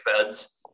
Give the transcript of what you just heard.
beds